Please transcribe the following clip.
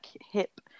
hip